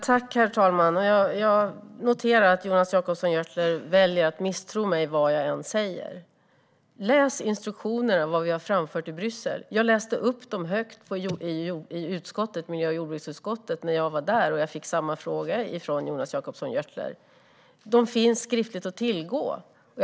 Herr talman! Jag noterar att Jonas Jacobsson Gjörtler väljer att misstro mig vad jag än säger. Läs instruktionerna och vad vi har framfört i Bryssel! Jag läste upp dem högt i miljö och jordbruksutskottet när jag var där och fick samma fråga från Jonas Jacobsson Gjörtler. De finns att tillgå skriftligt.